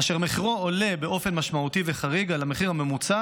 אשר מחירו עולה באופן משמעותי וחריג על המחיר הממוצע